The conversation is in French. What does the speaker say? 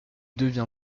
devient